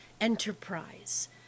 enterprise